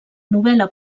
novel·la